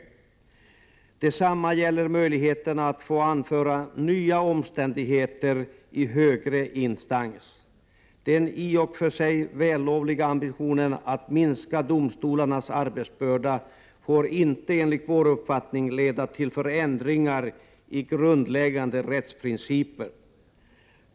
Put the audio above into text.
Detsamma gäller möjligheterna att få anföra nya omständigheter i högre instans. Den i och för sig vällovliga ambitionen att minska domstolarnas arbetsbörda får enligt vår uppfattning inte leda till förändringar i grundläggande rättsprinciper.